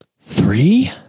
Three